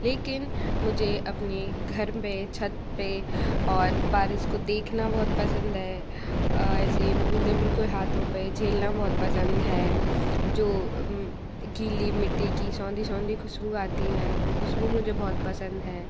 लेकिन मुझे अपने घर में छत पे और बारिश को देखना बहुत पसंद है ऐसे बूंदे बिल्कुल हाथों पे झेलना बहुत पसंद है जो गीली मिट्टी की शोंधि शोंधि खुशबू आती है वो खुशबू मुझे बहुत पसंद है